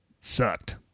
sucked